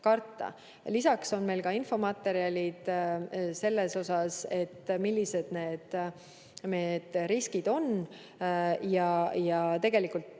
karta. Lisaks on meil ka infomaterjalid selle kohta, millised need riskid on, ja tegelikult